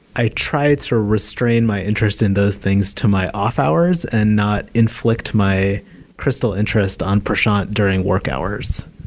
i try to restrain my interest in those things to my off hours and not inflict my crystal interest on prashant during work hours.